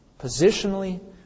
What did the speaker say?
Positionally